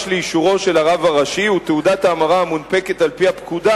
אישורו של הרב הראשי ותעודת ההמרה המונפקת על-פי הפקודה